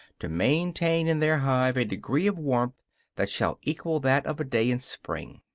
to maintain in their hive a degree of warmth that shall equal that of a day in spring.